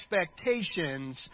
expectations